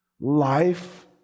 Life